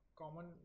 common